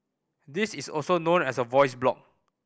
this is also known as a voice blog